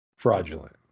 Fraudulent